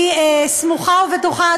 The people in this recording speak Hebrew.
אני סמוכה ובטוחה,